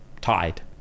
tied